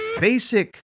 basic